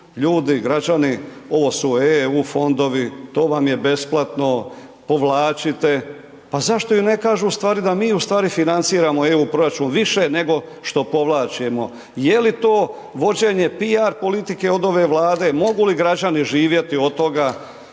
ljudi, građani, ovo su EU fondovi, to vam je besplatno, povlačite, pa zašto im ne kažu u stvari da mi u stvari financiramo EU proračun, više nego što povlačimo. Je li to vođenje PR politike od ove Vlade, mogu li građani živjeti od toga?